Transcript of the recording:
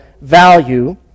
value